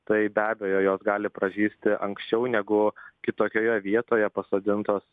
tai be abejo jog gali pražysti anksčiau negu kitokioje vietoje pasodintos